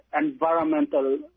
environmental